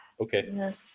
Okay